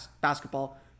basketball